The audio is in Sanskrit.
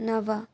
नव